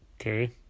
Okay